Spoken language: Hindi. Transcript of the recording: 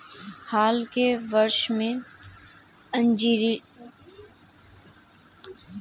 हाल के वर्षों में अल्जीरिया में अंगूर की खेती ने काफी प्रगति की है